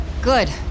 Good